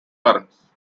currents